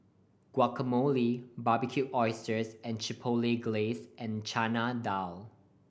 Guacamole Barbecued Oysters with Chipotle Glaze and Chana Dal